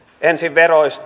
ensin veroista